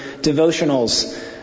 devotionals